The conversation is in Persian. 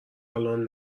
الان